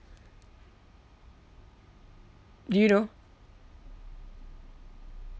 do you know